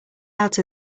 out